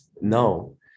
no